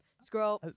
scroll